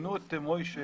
שמינו את מוישה